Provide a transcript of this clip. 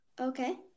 Okay